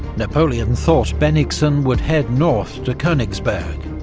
napoleon thought bennigsen would head north to konigsberg,